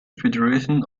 federation